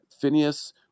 Phineas